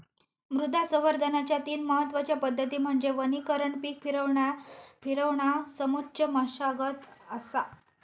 मृदा संवर्धनाच्या तीन महत्वच्या पद्धती म्हणजे वनीकरण पीक फिरवणा समोच्च मशागत असा